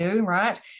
right